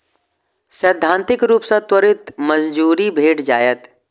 सैद्धांतिक रूप सं त्वरित मंजूरी भेट जायत